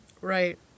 Right